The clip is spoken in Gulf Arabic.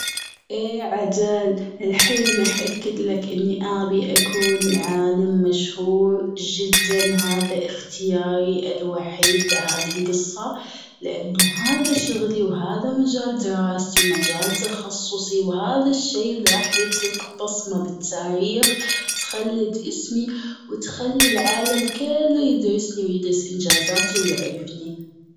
اي أجل الحين رح أأكد لك إني ابي اكون عالم مشهور جداً هذا اختياري الوحيد بهذي القصة. لانه هذا شغلي وهذا مجال دراستي و مجال تخصصي وهذا الشي اللي راح يترك بصمة بالتاريخ تخلد اسمي وتخلي العالم كله يدرسني ويدرس انجازاتي ويعرفني.